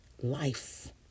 life